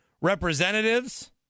representatives